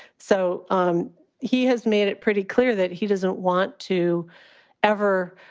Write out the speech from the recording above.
so um he has made it pretty clear that he doesn't want to ever